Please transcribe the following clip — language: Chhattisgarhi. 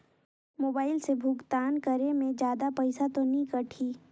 मोबाइल से भुगतान करे मे जादा पईसा तो नि कटही?